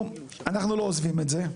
אנחנו לא עוזבים את זה.